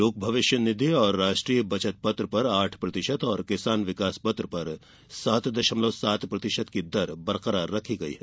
लोक भविष्य निधि और राष्ट्रीय बचत पत्र पर आठ प्रतिशत और किसान विकास पत्र पर सात दशमलव सात प्रतिशत की दर बरकरार रखी गयी है